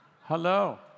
Hello